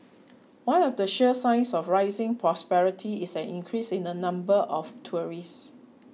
one of the sure signs of rising prosperity is an increase in the number of tourists